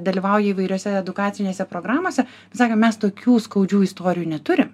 dalyvauja įvairiose edukacinėse programose sakė mes tokių skaudžių istorijų neturim